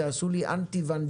תעשו לי אנטי-ונדלי.